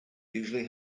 usually